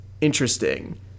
interesting